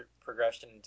progression